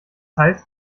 heißt